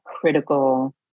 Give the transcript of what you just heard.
critical